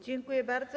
Dziękuję bardzo.